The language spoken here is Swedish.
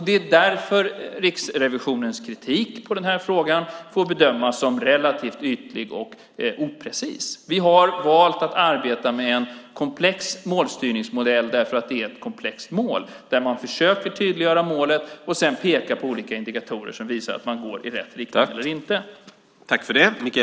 Det är därför Riksrevisionens kritik i den här frågan får bedömas som relativt ytlig och oprecis. Vi har valt att arbeta med en komplex målstyrningsmodell därför att det är ett komplext mål. Man försöker tydliggöra målet och sedan peka på olika indikatorer som visar om man går i rätt riktning eller inte.